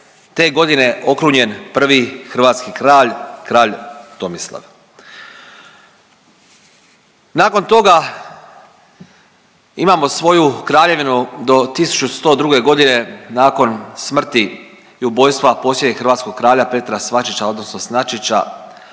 te godine okrunjen prvi hrvatski kralj, kralj Tomislav. Nakon toga imamo svoju kraljevinu do 1102. godine nakon smrti i ubojstva posljednjeg hrvatskog kralja Petra Svačića odnosno Snačića